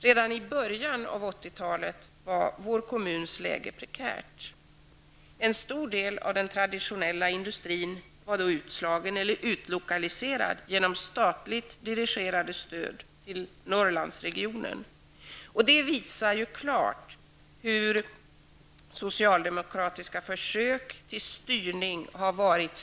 Redan i början av 80-talet var vår kommuns läge prekärt. En stor del av den traditionella industrin var då utslagen eller utlokaliserad genom statligt dirigerade stöd till Norrlandsregionen. Det visar klart hur felaktiga socialdemokratiska försök till styrning har varit.